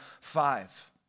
five